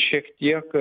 šiek tiek